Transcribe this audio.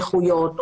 נכויות,